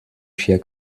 ŝia